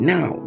Now